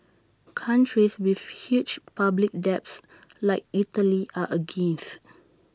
countries with huge public debts like Italy are against